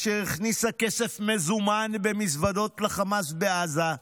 אשר הכניסה כסף מזומן במזוודות לחמאס בעזה,